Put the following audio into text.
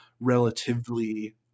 relatively